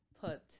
put